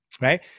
right